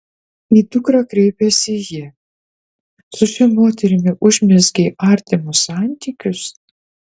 į dukrą kreipėsi ji su šia moterimi užmezgei artimus santykius